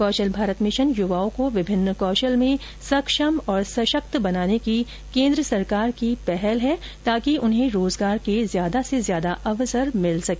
कौशल Bharat mission युवाओं को विभिन्न कौशल में सक्षम और सशक्कत बनाने की भारत सरकार की पहल है ताकि उन्हें रोजगार के अधिक से अधिक अवसर मिल सके